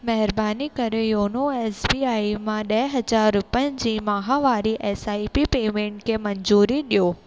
महिरबानी करे YONO S B I मां ॾह हज़ार रुपियनि जी माहवारी एस आई पी पेमेंट खे मंजूरी ॾियो